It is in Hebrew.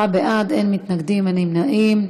עשרה בעד, אין מתנגדים, אין נמנעים.